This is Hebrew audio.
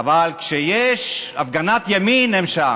אבל כשיש הפגנת ימין הם שם.